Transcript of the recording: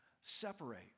separate